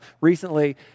recently